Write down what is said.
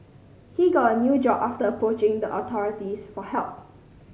he got a new job after approaching the authorities for help